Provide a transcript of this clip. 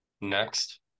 next